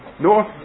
north